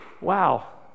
wow